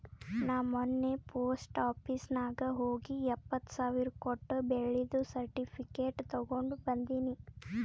ನಾ ಮೊನ್ನೆ post office ನಾಗ್ ಹೋಗಿ ಎಪ್ಪತ್ ಸಾವಿರ್ ಕೊಟ್ಟು ಬೆಳ್ಳಿದು ಸರ್ಟಿಫಿಕೇಟ್ ತಗೊಂಡ್ ಬಂದಿನಿ